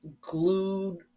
glued